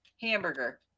hamburger